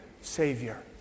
Savior